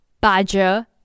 Badger